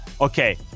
Okay